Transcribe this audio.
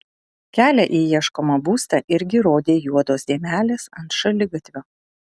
kelią į ieškomą būstą irgi rodė juodos dėmelės ant šaligatvio